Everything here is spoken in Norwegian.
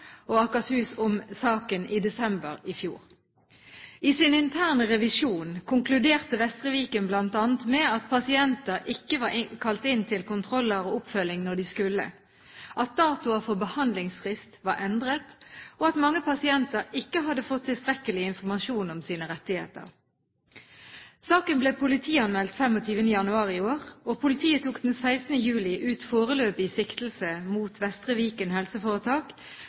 og Akershus om saken i desember i fjor. I sin interne revisjon konkluderte Vestre Viken bl.a. med at pasienter ikke var kalt inn til kontroller og oppfølging når de skulle, at datoer for behandlingsfrist var endret, og at mange pasienter ikke hadde fått tilstrekkelig informasjon om sine rettigheter. Saken ble politianmeldt 25. januar i år, og politiet tok den 16. juli ut foreløpig siktelse mot Vestre Viken helseforetak